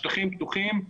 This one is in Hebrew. שטחים פתוחים,